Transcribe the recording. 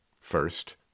First